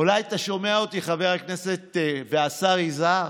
אולי אתה שומע אותי, חבר הכנסת והשר יזהר.